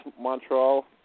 Montreal